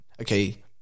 okay